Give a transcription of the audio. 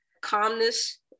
calmness